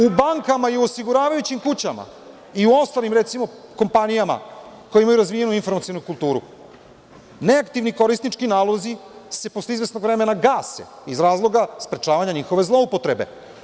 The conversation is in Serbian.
U bankama i u osiguravajućim kućama i u ostalim kompanijama koje imaju razvijenu informacionu kulturu neaktivni korisnički nalozi se posle izvesnog vremena gase iz razloga sprečavanja njihove zloupotrebe.